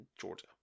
Georgia